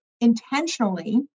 intentionally